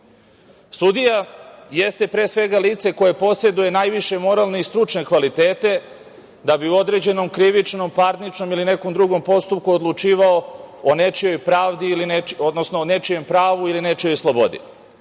Sudija jeste pre svega lice koje poseduje najviše moralne i stručne kvalitete da bi u određenom krivičnom, parničnom ili nekom drugom postupku odlučivao o nečijem pravu ili nečijoj slobodi.